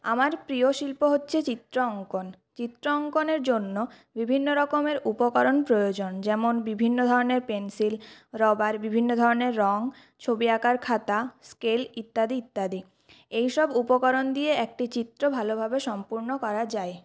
আমার প্রিয় শিল্প হচ্ছে চিত্র অঙ্কন চিত্র অঙ্কনের জন্য বিভিন্ন রকমের উপকরণ প্রয়োজন যেমন বিভিন্ন ধরনের পেনসিল রবার বিভিন্ন ধরনের রং ছবি আঁকার খাতা স্কেল ইত্যাদি ইত্যাদি এইসব উপকরণ দিয়ে একটি চিত্র ভালোভাবে সম্পূর্ণ করা যায়